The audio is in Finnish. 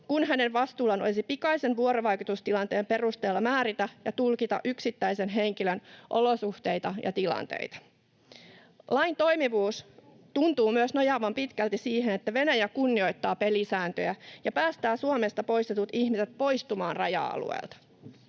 kun hänen vastuullaan olisi pikaisen vuorovaikutustilanteen perusteella määrätä ja tulkita yksittäisen henkilön olosuhteita ja tilanteita. Lain toimivuus tuntuu myös nojaavan pitkälti siihen, että Venäjä kunnioittaa pelisääntöjä ja päästää Suomesta poistetut ihmiset poistumaan raja-alueelta.